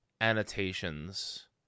annotations